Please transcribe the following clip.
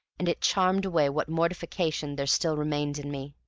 and it charmed away what mortification there still remained in me.